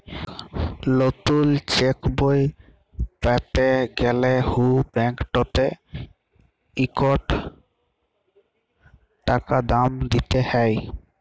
লতুল চ্যাকবই প্যাতে গ্যালে হুঁ ব্যাংকটতে ইকট টাকা দাম দিতে হ্যয়